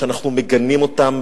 שאנחנו מגנים אותם,